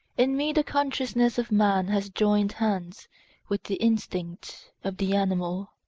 in me the consciousness of man has joined hands with the instinct of the animal